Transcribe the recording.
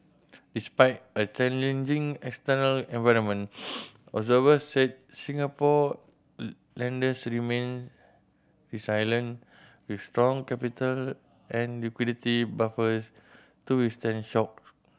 despite a challenging external environment observers said Singapore lenders remain resilient with strong capital and liquidity buffers to withstand shock